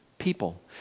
People